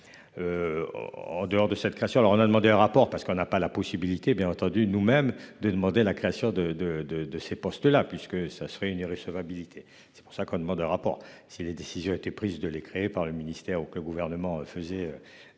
En dehors de cette création. Alors on a demandé un rapport, parce qu'on n'a pas la possibilité bien entendu nous même de demander la création de de de de ces postes là puisque ça serait une recevabilité. C'est pour ça qu'on demande un rapport si les décisions ont été prises de les créée par le ministère ou que le gouvernement faisait